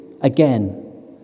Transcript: again